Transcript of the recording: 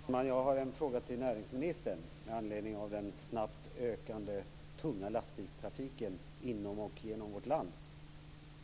Fru talman! Jag har en fråga till näringsministern med anledning av den snabbt ökande tunga lastbilstrafiken inom och genom vårt land.